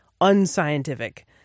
unscientific